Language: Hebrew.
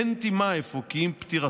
אין תֵמה, אפוא, כי עם פטירתו